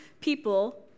people